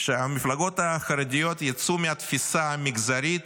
שהמפלגות החרדיות יצאו מהתפיסה המגזרית